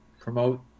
promote